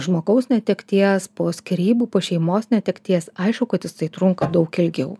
žmogaus netekties po skyrybų po šeimos netekties aišku kad jisai trunka daug ilgiau